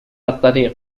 الطريق